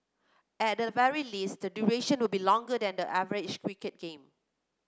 at the very least the duration will be longer than the average cricket game